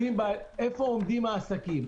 איפה עומדים העסקים?